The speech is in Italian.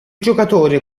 giocatore